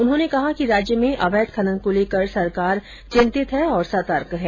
उन्होंने कहा कि राज्य में अवैध खनन को लेकर सरकार चिंतित और सतर्क है